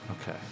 Okay